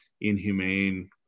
inhumane